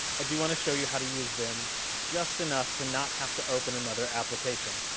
i do wanna show you how to use vim just enough to not have to open another application.